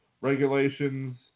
regulations